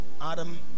Adam